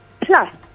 Plus